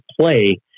play